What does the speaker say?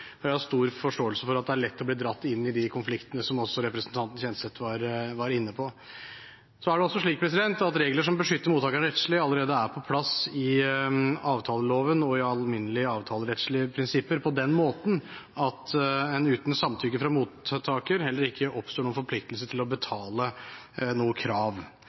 Jeg har stor forståelse for at det er lett å bli dratt inn i de konfliktene, som også representanten Kjenseth var inne på. Så er det også slik at regler som beskytter mottakerne rettslig, allerede er på plass i avtaleloven og i alminnelige avtalerettslige prinsipper, på den måten at det uten samtykke fra mottaker heller ikke oppstår noen forpliktelse til å betale noe krav.